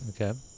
Okay